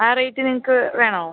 ആ റേറ്റ് നിങ്ങൾക്ക് വേണോ